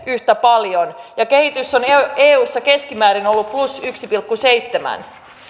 yhtä paljon ja kehitys eussa on ollut keskimäärin plus yksi pilkku seitsemän